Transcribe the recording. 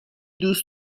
دوست